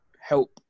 help